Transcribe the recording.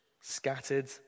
scattered